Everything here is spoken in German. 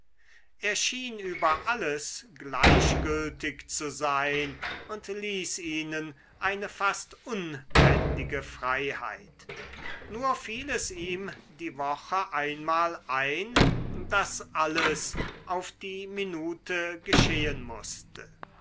schien über alles gleichgültig zu sein und ließ ihnen eine fast unbändige freiheit nur fiel es ihm die woche einmal ein daß alles auf die minute geschehen mußte